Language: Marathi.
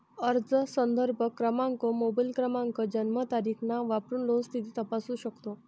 अर्ज संदर्भ क्रमांक, मोबाईल क्रमांक, जन्मतारीख, नाव वापरून लोन स्थिती तपासू शकतो